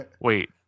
Wait